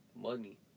money